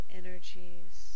energies